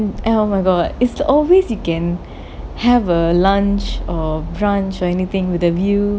and oh my god is always you can have a lunch or brunch or anything with a view